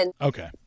Okay